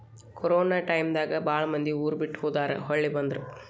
corona time ದಾಗ ಬಾಳ ಮಂದಿ ಊರ ಬಿಟ್ಟ ಹೊದಾರ ಹೊಳ್ಳಿ ಬಂದ್ರ